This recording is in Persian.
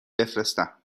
بفرستم